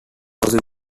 highly